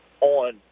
on